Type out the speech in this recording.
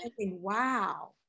Wow